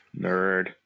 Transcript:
Nerd